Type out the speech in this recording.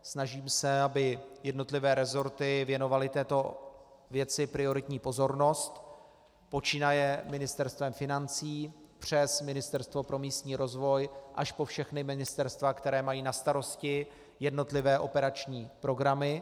Snažím se, aby jednotlivé resorty věnovaly této věci prioritní pozornost, počínaje Ministerstvem financí přes Ministerstvo pro místní rozvoj až po všechna ministerstva, která mají na starosti jednotlivé operační programy.